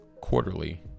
quarterly